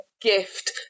gift